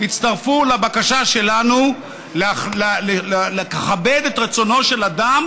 הצטרפו לבקשה שלנו לכבד את רצונו של אדם